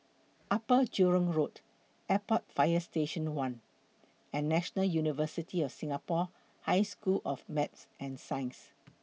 Upper Jurong Road Airport Fire Station one and National University of Singapore High School of Math and Science